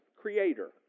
creator